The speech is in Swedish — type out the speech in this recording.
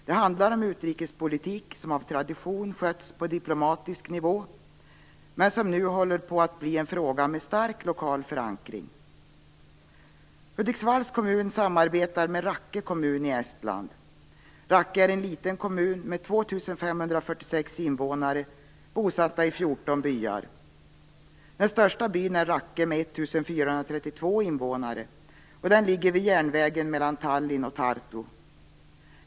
Det handlar om utrikespolitik som av tradition skötts på diplomatisk nivå, men som nu håller på att bli en fråga med stark lokal förankring. Hudiksvalls kommun samarbetar med Rakke kommun i Estland. Rakke är en liten kommun med Rakke med 1 432 invånare. Den ligger vid järnvägen mellan Tallinn och Tartu.